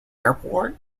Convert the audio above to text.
airport